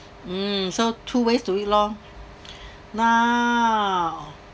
mm so two ways to it lor now